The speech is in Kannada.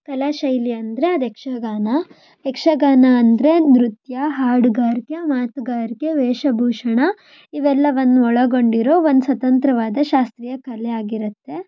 ಕಲಾಶೈಲಿ ಅಂದರೆ ಅದು ಯಕ್ಷಗಾನ ಯಕ್ಷಗಾನ ಅಂದರೆ ನೃತ್ಯ ಹಾಡುಗಾರಿಕೆ ಮಾತುಗಾರಿಕೆ ವೇಷಭೂಷಣ ಇವೆಲ್ಲವನ್ನು ಒಳಗೊಂಡಿರೋ ಒಂದು ಸ್ವತಂತ್ರವಾದ ಶಾಸ್ತ್ರೀಯ ಕಲೆ ಆಗಿರುತ್ತೆ